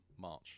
March